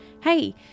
hey